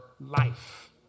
life